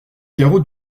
carreaux